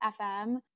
FM